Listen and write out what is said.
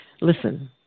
Listen